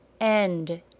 End